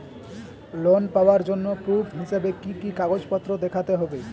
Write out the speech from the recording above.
Loan পাওয়ার জন্য proof হিসেবে কি কি কাগজপত্র দেখাতে হবে?